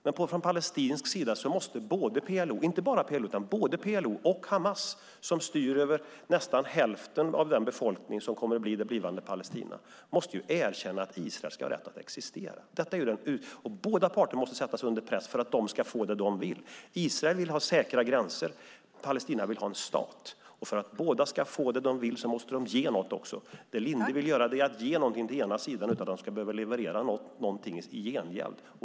Men från palestinsk sida måste inte bara PLO utan både PLO och Hamas, som styr över nästan hälften av den befolkning som kommer att bli det blivande Palestina, erkänna att Israel ska ha rätt att existera. Båda parter måste sättas under press för att de ska få vad de vill. Israel vill ha säkra gränser. Palestina vill ha en stat. För att båda ska få vad de vill måste de också ge något. Det Linde vill göra är att ge något åt den ena sidan utan att man därifrån ska behöva leverera något i gengäld.